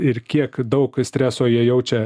ir kiek daug streso jie jaučia